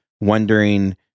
wondering